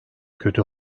kötü